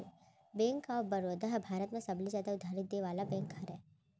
bank of Baroda ह भारत म सबले जादा उधारी देय वाला बेंक हरय